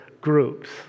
groups